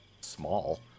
small